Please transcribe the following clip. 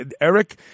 Eric